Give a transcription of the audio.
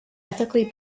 ethically